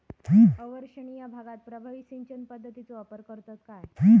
अवर्षणिय भागात प्रभावी सिंचन पद्धतीचो वापर करतत काय?